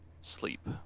sleep